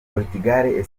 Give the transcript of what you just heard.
portugal